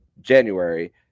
January